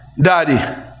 daddy